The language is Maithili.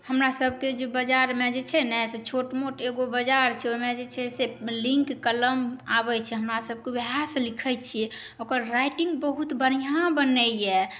हमरासबके जे बजारमे जे छै ने से छोट मोट एगो बाजार छै ओहिमे जे छै से लिङ्क कलम आबै छै हमरासबके वएहसँ लिखै छिए ओकर राइटिङ्ग बहुत बढ़िआँ बनैए